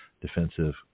defensive